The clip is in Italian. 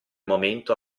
momento